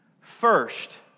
first